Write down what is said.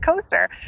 coaster